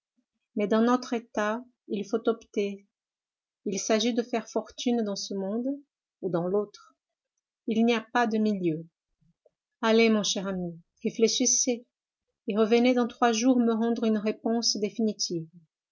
mais dans notre état il faut opter il s'agit de faire fortune dans ce monde ou dans l'autre il n'y a pas de milieu allez mon cher ami réfléchissez et revenez dans trois jours me rendre une réponse définitive